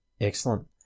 Excellent